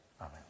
Amen